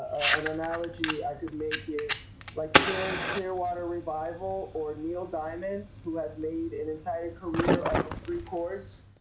an analogy i could make is like clearance clearwater revival or neil diamond's who have made an entire career off of three chords